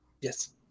Yes